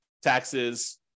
taxes